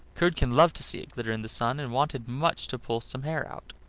curdken loved to see it glitter in the sun, and wanted much to pull some hair out.